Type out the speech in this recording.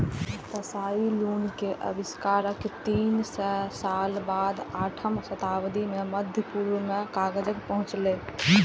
Tsai Lun के आविष्कार के तीन सय साल बाद आठम शताब्दी मे मध्य पूर्व मे कागज पहुंचलै